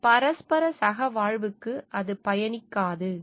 இந்த பரஸ்பர சகவாழ்வுக்கு அது பயனளிக்காது